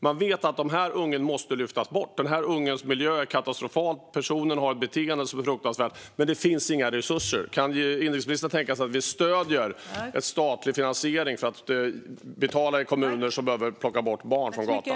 Man vet att en unge måste lyftas bort därför att ungens miljö är katastrofal och personen har beteenden som är fruktansvärda, men det finns inga resurser. Kan inrikesministern tänka sig att vi stöder en statlig finansiering för att betala kommuner som behöver plocka bort barn från gatan?